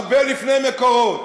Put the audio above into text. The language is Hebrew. הרבה לפני "מקורות",